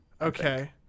Okay